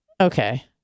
okay